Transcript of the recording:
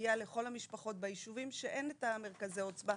לסייע לכל המשפחות ביישובים שאין בהם מרכזי עוצמה,